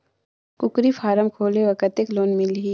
कूकरी फारम खोले बर कतेक लोन मिलही?